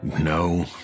No